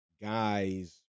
guys